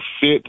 fit